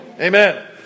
Amen